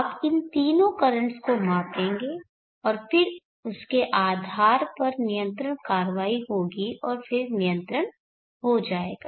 आप इन तीनों कर्रेंटस को मापेंगे और फिर उसके आधार पर नियंत्रण कार्रवाई होगी और फिर नियंत्रण हो जाएगा